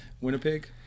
Winnipeg